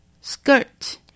skirt